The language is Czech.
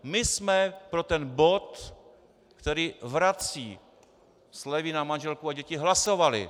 My jsme pro ten bod, který vrací slevy na manželku a děti, hlasovali.